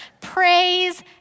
praise